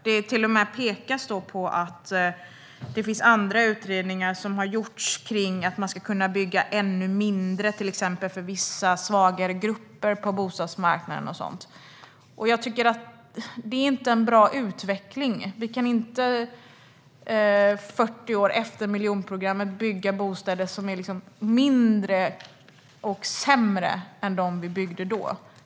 Det pekas till och med på att det har gjorts andra utredningar om att man ska kunna bygga ännu mindre lägenheter för vissa svaga grupper på bostadsmarknaden. Jag tycker inte att det är en bra utveckling. Man kan inte 40 år efter miljonprogrammet bygga bostäder som är mindre och sämre än dem som byggdes då.